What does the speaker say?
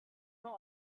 not